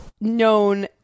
known